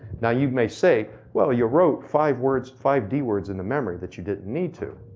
now you may say, well you wrote five words, five dwords in the memory that you didn't need to.